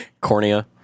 Cornea